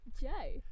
Joe